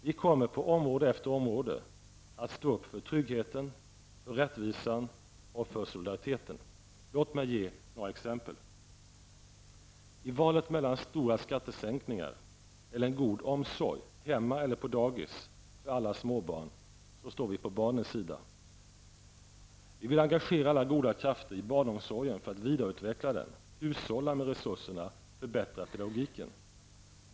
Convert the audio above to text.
Vi kommer på område efter område att stå upp för tryggheten, rättvisan och solidariteten. Låt mig ge några exempel. I valet mellan stora skattesänkningar eller en god omsorg, hemma eller på dagis, för alla småbarn, står vi på barnens sida. Vi vill engagera alla goda krafter i barnomsorgen för att vidareutveckla den, hushålla med resurserna och förbättra pedagogiken.